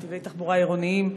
נתיבי תחבורה עירוניים,